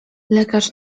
lekarz